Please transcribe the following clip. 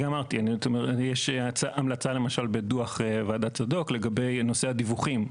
יש המלצה בדו"ח ועדת צדוק לגבי נושא הדיווחים,